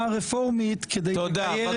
הרפורמית כדי לגייר את אשתו השנייה.